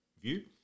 view